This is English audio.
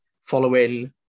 following